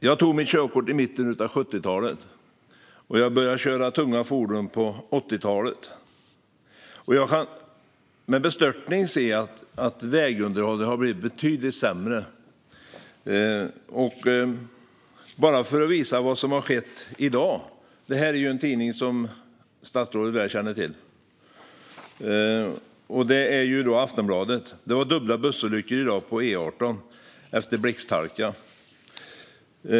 Jag tog körkort i mitten av 70-talet och började köra tunga fordon på 80-talet, och jag ser med bestörtning att vägunderhållet har blivit betydligt sämre. Jag kan bara visa vad som har skett i dag. Aftonbladet, som ju är en tidning som statsrådet väl känner till, rapporterar om dubbla bussolyckor i dag på E18 efter blixthalka.